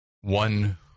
one